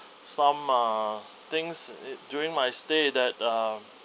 some uh things it during my stay that uh